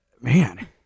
man